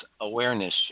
awareness